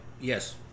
yes